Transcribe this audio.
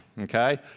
Okay